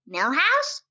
Millhouse